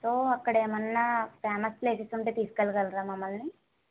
so అక్కడ ఏమన్నా famous places ఉంటే తీసుకెళ్లగలరా మమ్మల్ని